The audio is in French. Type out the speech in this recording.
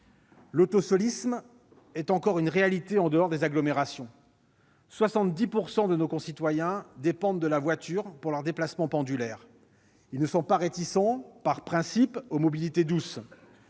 L'autosolisme est encore une réalité en dehors des agglomérations : 70 % de nos concitoyens dépendent de la voiture pour leurs déplacements pendulaires. Ils ne sont pas réticents par principe aux mobilités douces